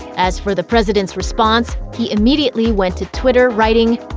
as for the president's response, he immediately went to twitter, writing,